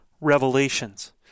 Revelations